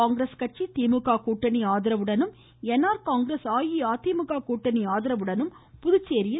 காங்கிரஸ் கட்சி திமுக கூட்டணி ஆதரவுடனும் அஇஅதிமுக கூட்டணி ஆதரவுடனும் புதுச்சேரியில் என்